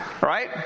right